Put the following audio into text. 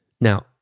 Now